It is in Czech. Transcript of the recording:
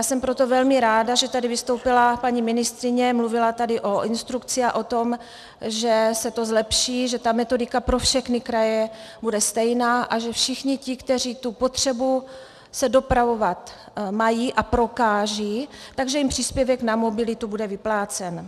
Jsem proto velmi ráda, že tady vystoupila paní ministryně, mluvila tady o instrukci a o tom, že se to zlepší, že ta metodika pro všechny kraje bude stejná a že všichni ti, kteří tu potřebu se dopravovat mají a prokážou, tak že jim příspěvek na mobilitu bude vyplácen.